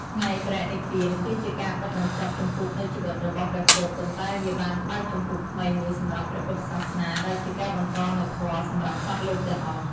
ថ្ងៃបរិនិព្វាន គឺជាការបិទបញ្ចប់ជំពូកនៃជីវិតរបស់ព្រះពុទ្ធ ប៉ុន្តែវាបានបើកជំពូកថ្មីមួយសម្រាប់ព្រះពុទ្ធសាសនា ដែលជាការបន្តនូវធម៌សម្រាប់សត្វលោកទាំងអស់។